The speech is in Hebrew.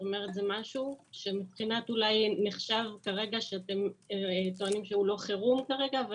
זה משהו שעכשיו אתם טוענים שהוא לא חירום, אבל